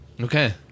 Okay